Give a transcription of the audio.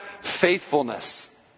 faithfulness